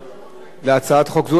להצעת חוק זו אין הסתייגויות.